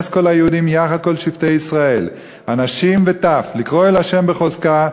כל היהודים יחד כל שבטי ישראל אנשים וטף לקרוא אל ד' בחוזקה,